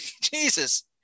Jesus